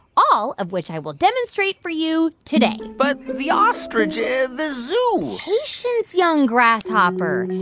all of which i will demonstrate for you today but the ostrich, and the zoo patience, young grasshopper.